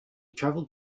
travelled